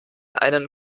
einen